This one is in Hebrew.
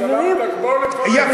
יא סלאמתכ, בוא נפרק את הגדר.